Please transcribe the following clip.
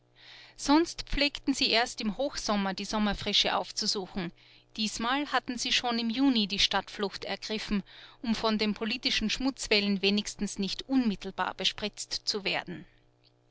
sonst pflegten sie erst im hochsommer die sommerfrische aufzusuchen diesmal hatten sie schon im juni die stadtflucht ergriffen um von den politischen schmutzwellen wenigstens nicht unmittelbar bespritzt zu werden